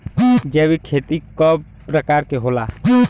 जैविक खेती कव प्रकार के होला?